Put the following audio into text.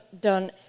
done